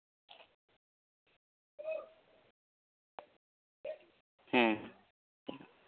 ᱦᱮᱸ